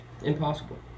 Impossible